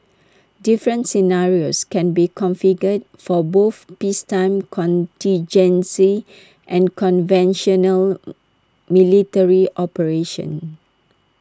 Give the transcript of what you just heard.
different scenarios can be configured for both peacetime contingency and conventional military operations